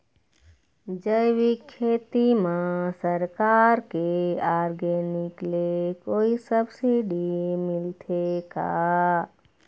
जैविक खेती म सरकार के ऑर्गेनिक ले कोई सब्सिडी मिलथे का?